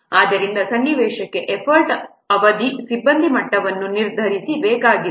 ಆದ್ದರಿಂದ ಸನ್ನಿವೇಶಕ್ಕೆ ಎಫರ್ಟ್ ಅವಧಿ ಸಿಬ್ಬಂದಿ ಮಟ್ಟವನ್ನು ನಿರ್ಧರಿಸಿ ಬೇಕಾಗಿದೆ